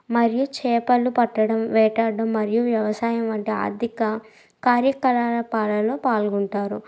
మరియు చేపలు పట్టడం వేటాడడం మరియు వ్యవసాయం వంటి ఆర్థిక కార్యకలాపాలలో పాల్గొంటారు